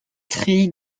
treillis